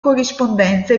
corrispondenza